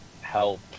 help